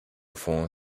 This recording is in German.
von